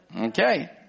Okay